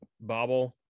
bobble